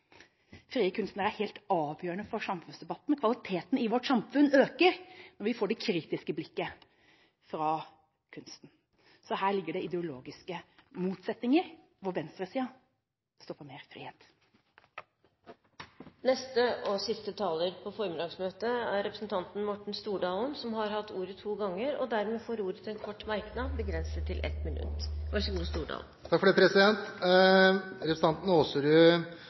Frie kunstnere er helt avgjørende for samfunnsdebatten, og kvaliteten i vårt samfunn øker når vi får det kritiske blikket fra kunsten. Så her ligger det ideologiske motsetninger, hvor venstresida står for mer frihet. Neste og siste taler på formiddagsmøtet er representanten Morten Stordalen, som har hatt ordet to ganger tidligere og får ordet til en kort merknad, begrenset til 1 minutt.